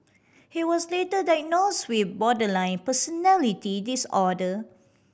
he was later diagnosed with borderline personality disorder